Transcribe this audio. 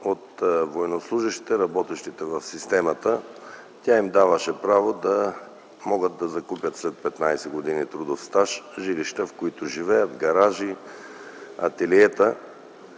от военнослужещите, работещите в системата. Тя им даваше право да могат да закупят след 15 години трудов стаж жилища, в които живеят, гаражи, ателиета.